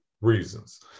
reasons